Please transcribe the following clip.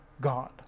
God